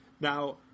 Now